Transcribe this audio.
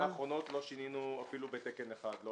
בחמש שנים האחרונות לא שינינו אפילו בתקן אחד.